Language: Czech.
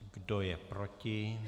Kdo je proti?